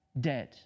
dead